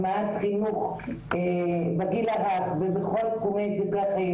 הטמעת חינוך בגיל הרך ובכל תחומי החיים.